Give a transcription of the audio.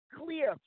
clear